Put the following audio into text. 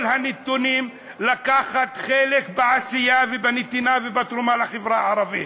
הנתונים לקחת חלק בעשייה ובנתינה ובתרומה לחברה הערבית.